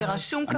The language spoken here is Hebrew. זה רשום כרגע.